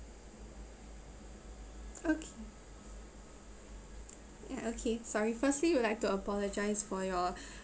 okay uh okay sorry firstly we like to apologise for your